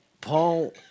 Paul